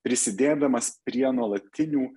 prisidėdamas prie nuolatinių